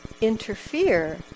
interfere